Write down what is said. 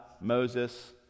moses